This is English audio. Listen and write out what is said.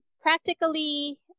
practically